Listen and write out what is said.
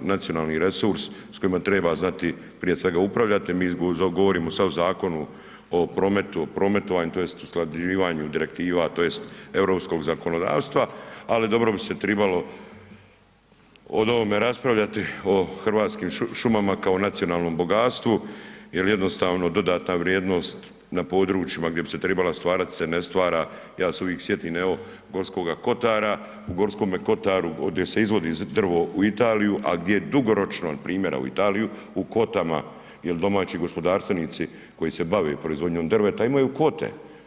nacionalni resurs k kojime treba znati prije svega upravljati, mi govorimo sad o zakonu o prometu i prometovanju tj. usklađivanju direktiva tj. europskog zakonodavstva ali dobro bi se trebalo o ovome raspravljati, o hrvatskim šumama kao nacionalnom bogatstvu jer jednostavno, dodatna vrijednost na područjima gdje bi se trebala stvarati se ne stvara, ja se uvijek sjetim evo G. kotara, u G. kotaru gdje se izvozi drvo u Italiju a gdje dugoročno primjera u Italiju, u kvotama jer domaći gospodarstvenici koji se bave proizvodnjom drveta, imaju kvote.